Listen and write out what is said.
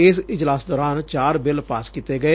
ਇਸ ਇਜਲਾਸ ਦੌਰਾਨ ਚਾਰ ਬਿਲ ਪਾਸ ਕੀਤੇ ਗਏ